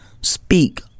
speak